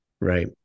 Right